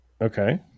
Okay